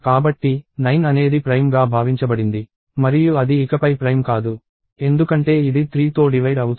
కాబట్టి 9 అనేది ప్రైమ్ గా భావించబడింది మరియు అది ఇకపై ప్రైమ్ కాదు ఎందుకంటే ఇది 3తో డివైడ్ అవుతుంది